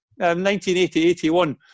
1980-81